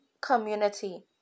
community